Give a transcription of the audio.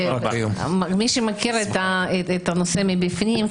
מי שמכיר את הנושא מבפנים,